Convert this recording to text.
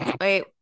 Wait